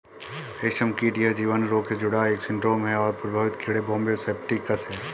रेशमकीट यह जीवाणु रोग से जुड़ा एक सिंड्रोम है और प्रभावित कीड़े बॉम्बे सेप्टिकस है